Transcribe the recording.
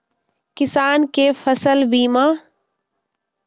किसान कै फसल बीमा?